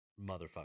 motherfucker